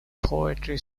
poetry